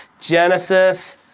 Genesis